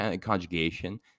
conjugation